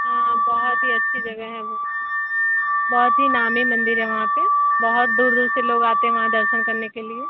हाँ बहुत ही अच्छी जगह है वो बहुत ही नामी मंदिर है वहाँ पे बहुत दूर दूर से लोग आते हैं वहाँ दर्शन करने के लिए